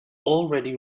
already